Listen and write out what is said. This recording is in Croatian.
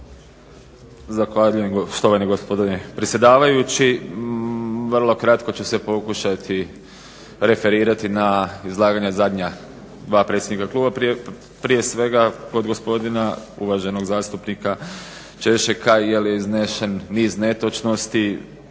Zahvaljujem štovani gospodine predsjedavajući. Vrlo kratko ću se pokušati referirati na izlaganja zadnja dva predsjednika kluba. Prije svega, od gospodina uvaženog zastupnika Češeka jer je iznesen niz netočnosti,